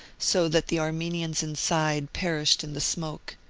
so that the armenians inside perished in the smoke.